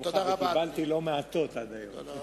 וקיבלתי לא מעטות עד היום.